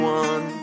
one